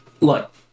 Look